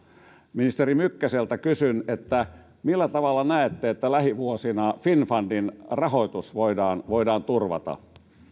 ministeri mykkäseltä kysyn millä tavalla näette että finnfundin rahoitus voidaan lähivuosina turvata